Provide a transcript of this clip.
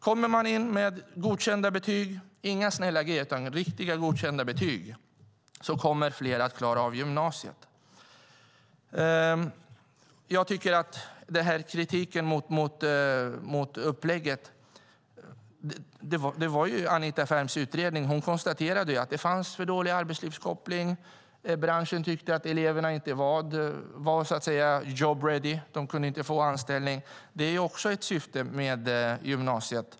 Kommer man in med godkända betyg, inga snälla G utan riktiga godkända betyg, kommer fler att klara av gymnasiet. Det förs fram kritik mot upplägget, men det var ju Anita Ferms utredning. Hon konstaterade att det fanns för dålig arbetslivskoppling. Branschen tyckte att eleverna inte var så att säga job ready. De kunde inte få anställning. Det är också ett syfte med gymnasiet.